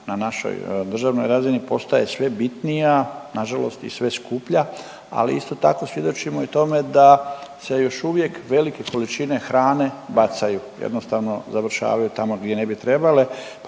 na našoj državnoj razini postaje sve bitnija, nažalost i sve skuplja, ali isto tako svjedočimo i tome da se još uvijek velike količine hrane bacaju, jednostavno završavaju tamo gdje ne bi trebale.